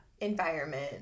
environment